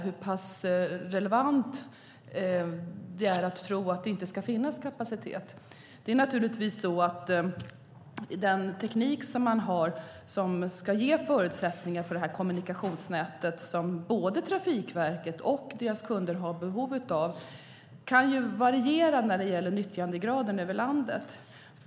Hur pass relevant är det att tro att det inte ska finnas kapacitet? Nyttjandegraden av den teknik som ska ge förutsättningar för det kommunikationsnät som både Trafikverket och deras kunder har behov av kan variera över landet.